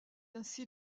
ainsi